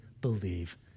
believe